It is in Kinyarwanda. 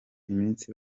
imisi